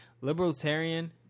libertarian